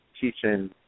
teaching